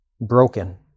broken